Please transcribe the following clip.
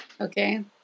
Okay